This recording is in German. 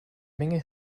menge